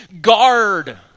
Guard